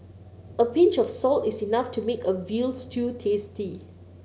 a pinch of salt is enough to make a veal stew tasty